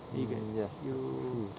mm yes it's true